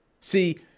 See